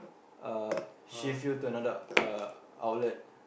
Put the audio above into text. uh shift you to another uh outlet